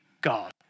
God